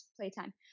playtime